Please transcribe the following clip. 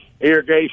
irrigation